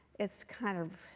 it's kind of,